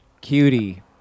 Cutie